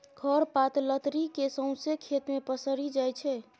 खर पात लतरि केँ सौंसे खेत मे पसरि जाइ छै